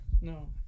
No